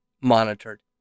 monitored